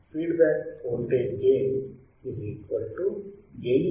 feed back voltage gain gain β Vi